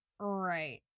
Right